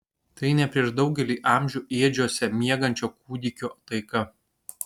tai ne prieš daugelį amžių ėdžiose miegančio kūdikio taika